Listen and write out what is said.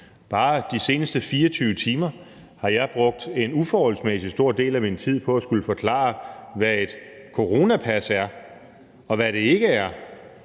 Bare de seneste 24 timer har jeg brugt en uforholdsmæssigt stor del af min tid på at skulle forklare, hvad et coronapas er, og hvad det ikke er.